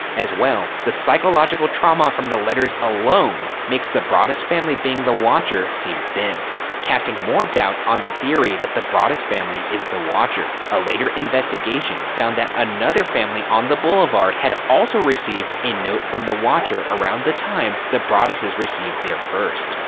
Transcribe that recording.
as well, the psychological trauma from the letters alone makes the broaddus family being the watcher seem thin. casting more doubt on the theory that the broaddus family is the watcher, a later investigation found that another family on the boulevard had also received a note from the watcher around the time the broaddus's received their first.